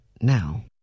now